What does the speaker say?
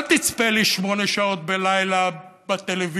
אל תצפה לי שמונה שעות בלילה בטלוויזיה,